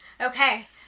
Okay